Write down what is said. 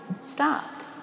stopped